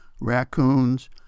raccoons